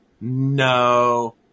No